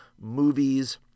movies